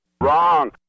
Wrong